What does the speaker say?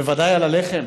בוודאי עם הלחם